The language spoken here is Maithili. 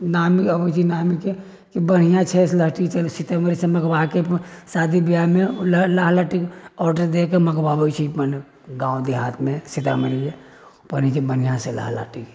अबैत छै बढ़िआ छै लहठी सीतामढ़ी से मंगबाके शादी बिआहमे लाह लहठी ऑर्डर देके मंगबबैत छी अपन गाँव देहातमे सीतामढ़ीमे बनैत छै बढ़िआँ से लाह लहठी